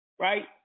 right